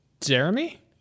Jeremy